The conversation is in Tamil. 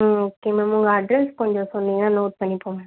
ம் ஓகே மேம் உங்கள் அட்ரெஸ் கொஞ்சம் சொன்னீங்கன்னா நோட் பண்ணிப்போம் மேம்